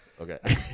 Okay